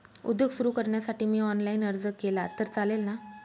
उद्योग सुरु करण्यासाठी मी ऑनलाईन अर्ज केला तर चालेल ना?